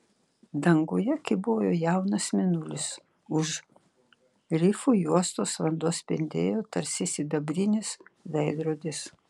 danguje kybojo jaunas mėnulis už rifų juostos vanduo spindėjo tarsi sidabrinis veidrodis